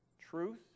Truth